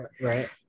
Right